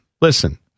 listen